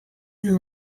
des